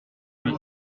lui